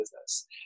business